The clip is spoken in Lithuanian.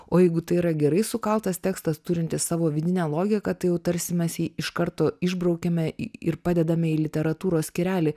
o jeigu tai yra gerai sukaltas tekstas turintis savo vidinę logiką tai jau tarsi mes jį iš karto išbraukiame ir padedame į literatūros skyrelį